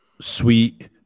sweet